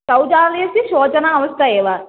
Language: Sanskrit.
शौचालयस्य शोचना अवस्था एव